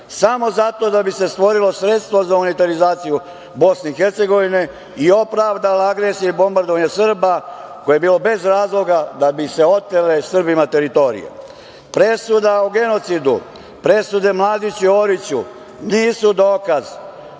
samo zato da bi se stvorilo sredstvo za unitarizaciju Bosne i Hercegovine i opravdala agresija i bombardovanje Srba, koje je bilo bez razloga, da bi se otele Srbima teritorije. Presuda o genocidu, presude Mladiću i Oriću nisu dokaz